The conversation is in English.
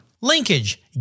Linkage